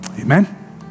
Amen